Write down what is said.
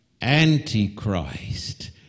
antichrist